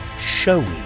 Showy